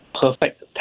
perfect